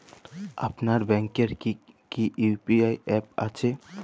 আপনার ব্যাংকের কি কি ইউ.পি.আই অ্যাপ আছে?